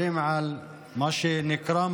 חבר הכנסת סימון